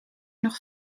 nog